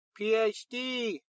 PhD